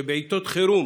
שבעיתות חירום